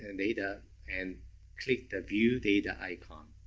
and data and click the view data icon.